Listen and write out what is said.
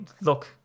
look